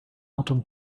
autumn